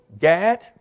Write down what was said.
Gad